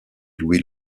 louis